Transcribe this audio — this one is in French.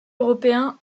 européen